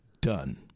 done